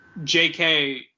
jk